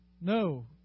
No